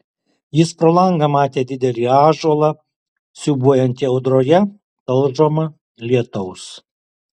jis pro langą matė didelį ąžuolą siūbuojantį audroje talžomą lietaus